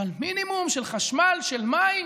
אבל מינימום, של חשמל, של מים?